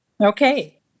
Okay